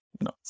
No